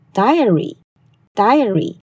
,diary,diary